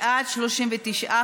המחנה הציוני,